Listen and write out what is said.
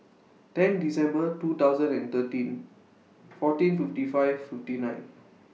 ten December two thousand and thirteen fourteen fifty five fifty nine